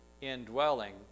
indwelling